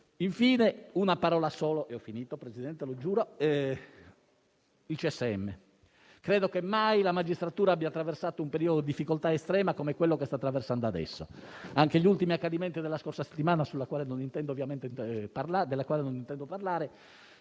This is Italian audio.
Infine, una parola sola sul CSM. Credo che mai la magistratura abbia attraversato un periodo di difficoltà estrema come quello che sta attraversando adesso. Anche gli ultimi accadimenti della scorsa settimana, dei quali non intendo parlare,